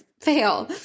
fail